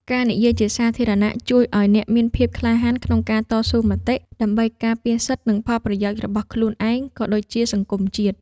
ការនិយាយជាសាធារណៈជួយឱ្យអ្នកមានភាពក្លាហានក្នុងការតស៊ូមតិ ដើម្បីការពារសិទ្ធិ និងផលប្រយោជន៍របស់ខ្លួនឯង ក៏ដូចជាសង្គមជាតិ។